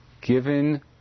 given